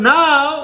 now